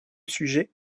sujet